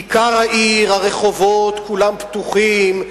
כיכר העיר, הרחובות, כולם פתוחים.